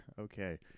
okay